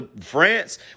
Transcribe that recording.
France